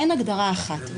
אין הגדרה אחת.